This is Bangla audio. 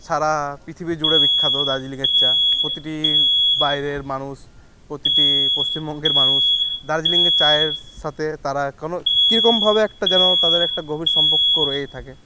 সারা পৃথিবী জুড়ে বিখ্যাত দার্জিলিয়ের চা প্রতিটি বাইরের মানুষ প্রতিটি পশ্চিমবঙ্গের মানুষ দার্জিলিংয়ের চায়ের সাথে তারা কোনো কীরকমভাবে একটা যেন তাদের একটা গভীর সম্পক হয়েই থাকে